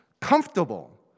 comfortable